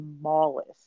smallest